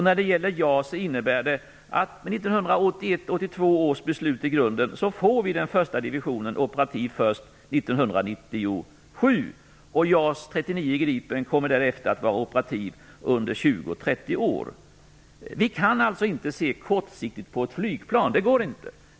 När det gäller JAS innebär det att den första divisionen med 1981/82 års beslut i grunden blir operativ först 1997. JAS 39 Gripen kommer därefter att vara operativ under 20-30 år. Vi kan alltså inte se kortsiktigt på ett flygplan. Det går inte.